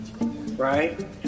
right